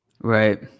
Right